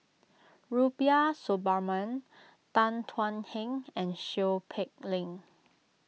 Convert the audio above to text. Rubiah Suparman Tan Thuan Heng and Seow Peck Leng